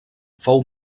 fou